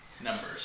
numbers